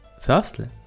Firstly